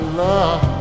love